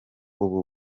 ubu